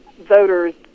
voters